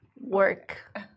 work